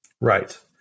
Right